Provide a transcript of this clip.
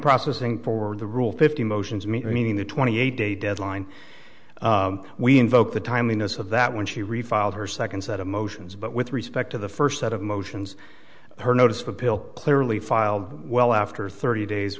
processing for the rule fifty motions meaning the twenty eight day deadline we invoke the timeliness of that when she refile her second set of motions but with respect to the first set of motions her notice of appeal clearly filed well after thirty days